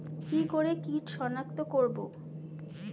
কি করে কিট শনাক্ত করব?